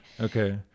Okay